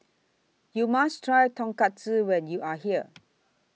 YOU must Try Tonkatsu when YOU Are here